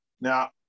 Now